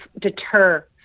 deter